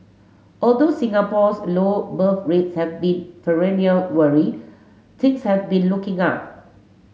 although Singapore's low birth rates have been perennial worry things have been looking up